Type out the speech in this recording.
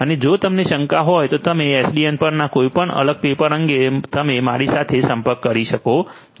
અને જો તમને શંકા હોય તો તમે એસડીએન પરના આ કોઈપણ અલગ પેપર અંગે તમે મારી સાથે સંપર્ક કરી શકો છો